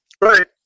right